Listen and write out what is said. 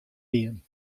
dien